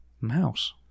Mouse